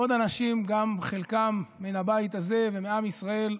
עוד אנשים, חלקם מן הבית הזה, ומעם ישראל,